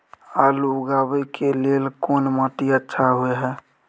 आलू उगाबै के लेल कोन माटी अच्छा होय है?